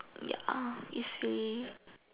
ya you see